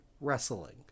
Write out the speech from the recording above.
wrestling